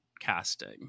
casting